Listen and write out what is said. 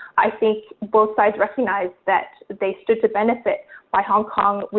i think both sides recognized that they stood to benefit by hong kong,